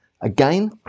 again